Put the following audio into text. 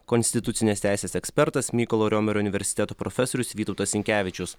konstitucinės teisės ekspertas mykolo romerio universiteto profesorius vytautas sinkevičius